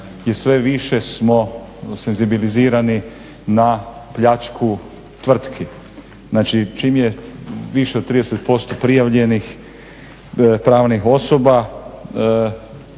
i sve više smo senzibilizirani na pljačku tvrtki. Znači čim je više od 30% prijavljenih pravnih osoba